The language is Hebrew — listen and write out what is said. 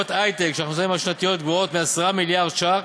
חברות היי-טק שהכנסותיהן השנתיות גבוהות מ-10 מיליארד ש"ח